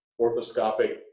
orthoscopic